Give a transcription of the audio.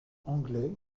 anglais